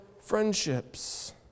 friendships